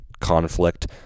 conflict